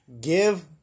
give